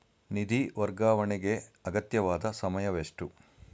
ನಿಧಿ ವರ್ಗಾವಣೆಗೆ ಅಗತ್ಯವಾದ ಸಮಯವೆಷ್ಟು?